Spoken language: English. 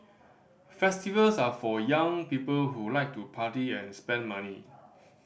festivals are for young people who like to party and spend money